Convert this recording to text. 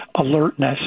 alertness